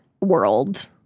world